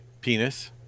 Penis